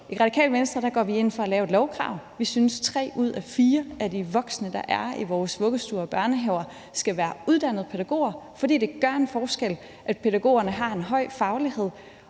I Radikale Venstre går vi ind for at lave et lovkrav. Vi synes, at tre ud af fire af de voksne, der er i vores vuggestuer og børnehaver, skal være uddannede pædagoger, fordi det gør en forskel, at pædagogerne har en høj faglighed.